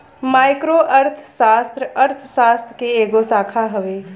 micro अर्थशास्त्र, अर्थशास्त्र के एगो शाखा हवे